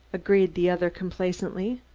agreed the other complacently.